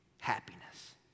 happiness